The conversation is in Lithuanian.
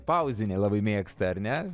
pauzių nelabai mėgsta ar ne